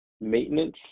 maintenance